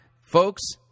folks